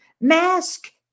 mask